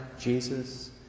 Jesus